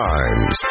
Times